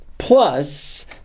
Plus